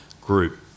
group